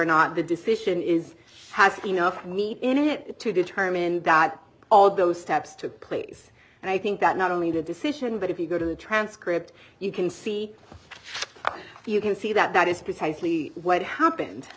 not the decision is has enough meat in it to determine that all those steps took place and i think that not only to a decision but if you go to the transcript you can see if you can see that that is precisely what happened